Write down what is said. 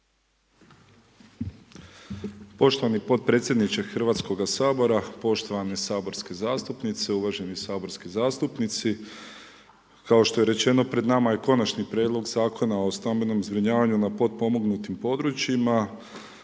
Poštovani podpredsjedniče HS-a, poštovane saborske zastupnice, uvaženi saborski zastupnici, kao što je rečeno, pred nama je Konačni prijedlog Zakona o stambenom zbrinjavanju na potpomognutim područjima.